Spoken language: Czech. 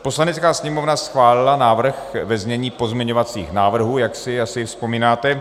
Poslanecká sněmovna schválila návrh ve znění pozměňovacích návrhů, jak si asi vzpomínáte.